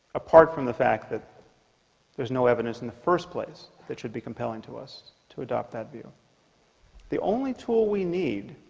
apart from the fact that there's no evidence in the first place. that should be compelling to us to adopt that view the only tool we need